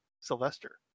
Sylvester